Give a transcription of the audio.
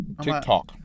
TikTok